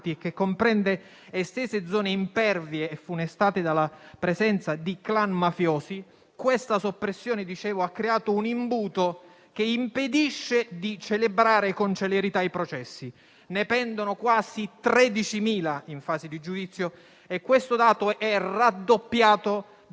e comprende estese zone impervie funestate dalla presenza di *clan* mafiosi, questa soppressione ha creato un imbuto che impedisce di celebrare con celerità i processi. Ne pendono quasi 13.000 in fase di giudizio. Questo dato, raddoppiato